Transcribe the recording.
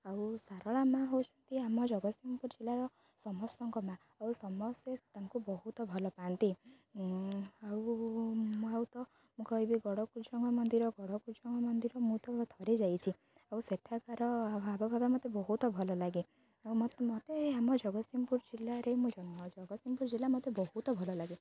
ଆଉ ସାରଳା ମା ହେଉଛନ୍ତି ଆମ ଜଗତସିଂହପୁର ଜିଲ୍ଲାର ସମସ୍ତଙ୍କ ମା ଆଉ ସମସ୍ତେ ତାଙ୍କୁ ବହୁତ ଭଲ ପାଆନ୍ତି ଆଉ ମୁଁ ଆଉ ତ ମୁଁ କହିବି ଗଡ଼କୃଷ୍ଣଙ୍କ ମନ୍ଦିର ଗଡ଼କୃଷ୍ଣଙ୍କ ମନ୍ଦିର ମୁଁ ତ ଥରେ ଯାଇଛି ଆଉ ସେଠାକାର ହାବଭାବ ମୋତେ ବହୁତ ଭଲ ଲାଗେ ଆଉ ମୋତେ ଆମ ଜଗତସିଂହପୁର ଜିଲ୍ଲାରେ ମୁଁ ଜନ୍ମା ଜଗତସିଂହପୁର ଜିଲ୍ଲା ମୋତେ ବହୁତ ଭଲ ଲାଗେ